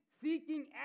seeking